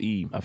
Eve